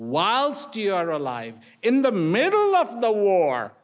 whilst you are alive in the middle of the war